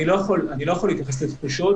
אני לא יכול להתייחס לתחושות,